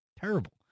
Terrible